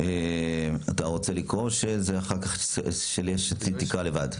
אתה רוצה לקרוא או יש עתיד תקרא לבד?